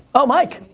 oh, mike.